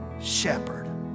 shepherd